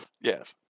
Yes